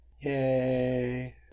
yay